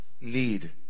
need